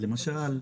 למשל,